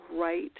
right